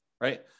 right